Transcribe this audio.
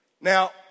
Now